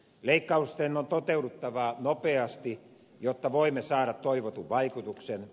leikkausten on toteuduttava nopeasti jotta voimme saada toivotun vaikutuksen